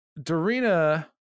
Dorina